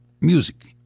music